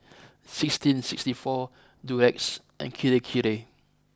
sixteen sixty four Durex and Kirei Kirei